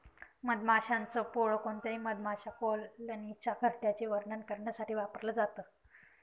मधमाशांच पोळ कोणत्याही मधमाशा कॉलनीच्या घरट्याचे वर्णन करण्यासाठी वापरल जात